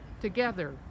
together